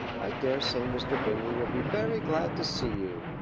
i dare say mr. bingley will be very glad to see you,